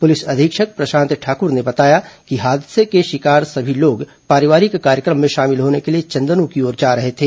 police अधीक्षक प्रशांत ठाकुर ने बताया कि हादसे के शिकार सभी लोग पारिवारिक कार्यक्रम में शामिल होने के लिए चंदनू की ओर जा रहे थे